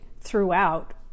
throughout